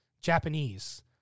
Japanese